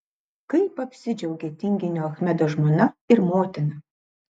kaip apsidžiaugė tinginio achmedo žmona ir motina